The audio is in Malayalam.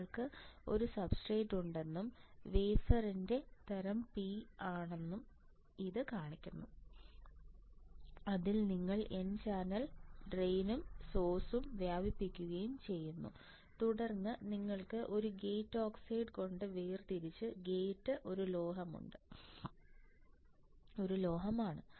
നിങ്ങൾക്ക് ഒരു സബ്സ്റേറ്റ് ഉണ്ടെന്നും വേഫറിന്റെ തരം P ആണെന്നും ഇത് കാണിക്കുന്നു അതിൽ നിങ്ങൾ n ചാനൽ ഡ്രെയിനും സോഴ്സും വ്യാപിപ്പിക്കുകയും ചെയ്യുന്നു തുടർന്ന് നിങ്ങൾക്ക് ഒരു ഗേറ്റ് ഓക്സൈഡ് കൊണ്ട് വേർതിരിച്ച് ഗേറ്റ് ഒരു ലോഹമാണ്